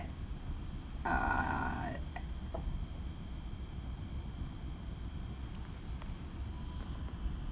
err